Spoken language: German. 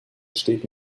besteht